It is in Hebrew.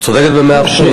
את צודקת במאה אחוז,